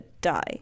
die